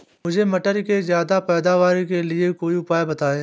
मुझे मटर के ज्यादा पैदावार के लिए कोई उपाय बताए?